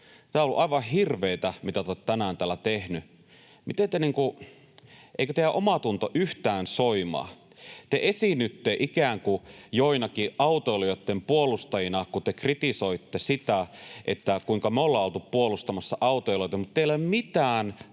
Tämä on ollut aivan hirveätä, mitä te olette tänään täällä tehneet. Eikö teidän omatuntonne yhtään soimaa? Te esiinnytte ikään kuin joinakin autoilijoitten puolustajina, kun te kritisoitte sitä, kuinka me ollaan oltu puolustamassa autoilijoita, mutta teillä ei ole mitään